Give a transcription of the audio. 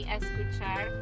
escuchar